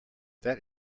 that